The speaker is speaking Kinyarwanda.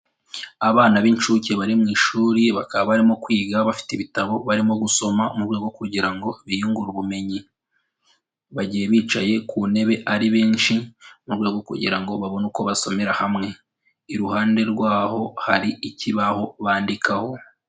Abana b'incuke bari mu ishuri, bakaba barimo kwiga bafite ibitabo, barimo gusoma mu rwego kugira ngo biyungure ubumenyi. Bagiye bicaye ku ntebe ari benshi mu rwego kugira ngo babone uko basomera hamwe. Iruhande rwaho hari ikibaho bandikaho.